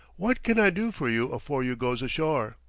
wot can i do for you afore you goes ashore?